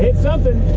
and something